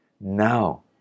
Now